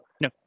no